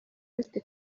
bite